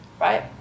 right